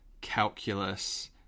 calculus